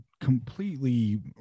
completely